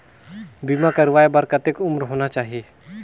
बीमा करवाय बार कतेक उम्र होना चाही?